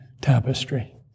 tapestry